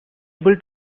able